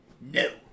No